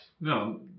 No